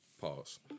pause